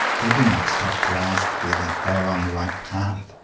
they do not stop to ask whether they are on the right path,